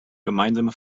gemeinsame